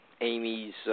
Amy's